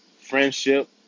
friendship